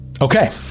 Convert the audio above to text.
Okay